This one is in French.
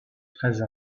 treize